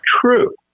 true